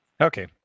Okay